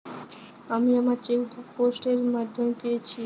আমি আমার chequebook post এর মাধ্যমে পেয়েছি